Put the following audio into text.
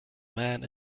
man